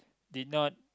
did not